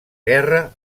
guerra